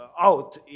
out